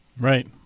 Right